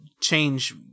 change